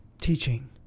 teaching